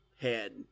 head